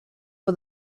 for